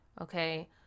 Okay